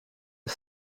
een